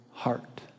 heart